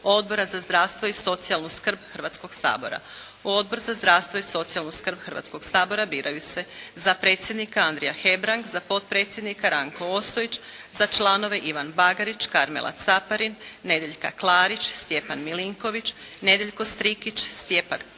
Odbora za zdravstvo i socijalnu skrb Hrvatskog sabora. U Odbor za zdravstvo i socijalnu skrb Hrvatskoj sabora biraju se: za predsjednika Andrija Hebrang, za potpredsjednika Ranko Ostojić, za članove Ivan Bagarić, Karmela Caparin, Nedjeljka Klarić, Stjepan Milinković, Nedjeljko Strikić, Stjepan Kundić,